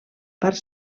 part